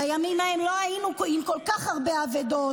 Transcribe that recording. בימים האלה לא היינו עם כל כך הרבה אבדות